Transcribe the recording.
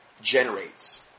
generates